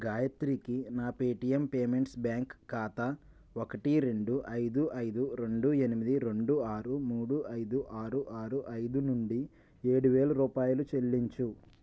గాయత్రికి నా Paytm payments bank ఖాతా ఒకటి రెండు ఐదు ఐదు రెండు ఎనిమిది రెండు ఆరు మూడు ఐదు ఆరు ఆరు ఐదు నుండి ఏడు వేల రూపాయలు చెల్లించు